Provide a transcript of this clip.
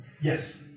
Yes